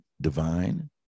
divine